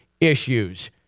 issues